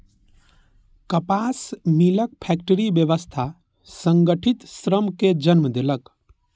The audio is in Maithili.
कपास मिलक फैक्टरी व्यवस्था संगठित श्रम कें जन्म देलक